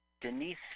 Denise